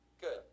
good